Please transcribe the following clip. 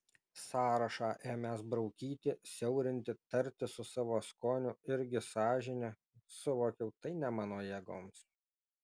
sąrašą ėmęs braukyti siaurinti tartis su savo skoniu irgi sąžine suvokiau tai ne mano jėgoms